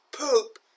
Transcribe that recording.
poop